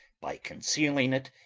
by concealing it,